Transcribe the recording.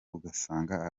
ugasanga